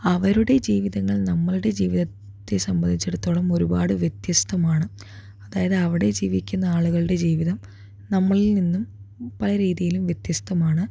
അവരുടെ ജീവിതങ്ങൾ നമ്മളുടെ ജീവിതത്തെ സംബന്ധിച്ചിടത്തോളം ഒരുപാട് വ്യത്യസ്ഥമാണ് അതായത് അവിടെ ജീവിക്കുന്ന ആളുകളുടെ ജീവിതം നമ്മളിൽ നിന്നും പല രീതിയിലും വ്യത്യസ്ഥമാണ്